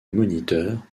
moniteurs